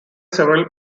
several